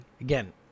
again